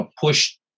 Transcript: push